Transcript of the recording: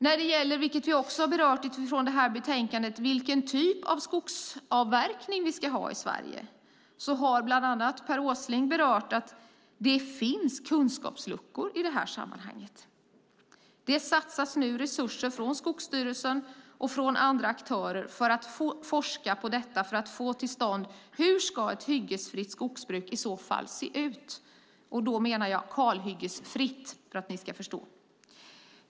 Vi har också berört vilken typ av skogsavverkning vi ska ha i Sverige. Bland andra Per Åsling har berört att det finns kunskapsluckor. Skogsstyrelsen och andra aktörer satsar nu resurser på forskning för att få kunskap om hur ett hyggesfritt skogsbruk ska se ut. Med hyggesfritt menar jag kalhyggesfritt.